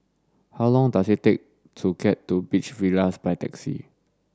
how long does it take to get to Beach Villas by taxi